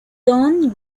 tom